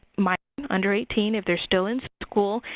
minors under eighteen if they're still in school,